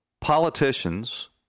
politicians